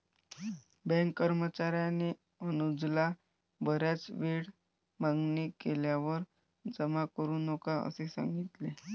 bank कर्मचार्याने अनुजला बराच वेळ मागणी केल्यावर जमा करू नका असे सांगितले